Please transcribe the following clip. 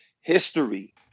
history